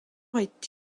est